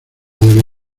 del